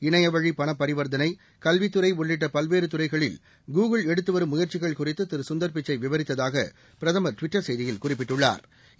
இனைவழி பணப் பரிவர்த்தனை கல்வித்துறை உள்ளிட்ட பல்வேறு துறைகளில் கூகுள் எடுத்து வரும் முயற்சிகள் குறித்து திரு கந்தா்பிச்சை விவரித்ததாக பிரதமா் ட்விட்டா் செய்தியில் குறிப்பிட்டுள்ளாா்